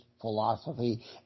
philosophy